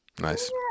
Nice